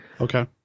Okay